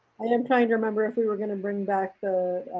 i'm trying to remember if we were going to bring back the